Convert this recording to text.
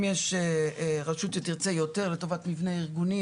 אם יש רשות שתרצה יותר לטובת מבנה ארגוני